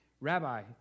Rabbi